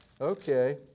okay